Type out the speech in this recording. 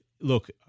Look